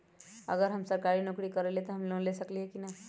अगर हम सरकारी नौकरी करईले त हम लोन ले सकेली की न?